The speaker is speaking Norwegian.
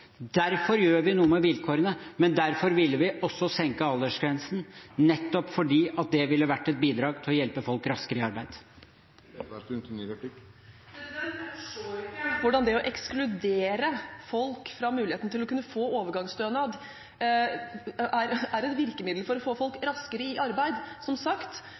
Derfor tydeliggjør vi Navs veiledningsansvar, derfor gjør vi noe med vilkårene, men derfor ville vi også senke aldersgrensen, nettopp fordi det ville vært et bidrag til å hjelpe folk raskere i arbeid. Jeg forstår ikke hvordan det å ekskludere folk fra muligheten til å kunne få overgangsstønad er et virkemiddel for å få folk raskere i arbeid. Som sagt: